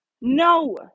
No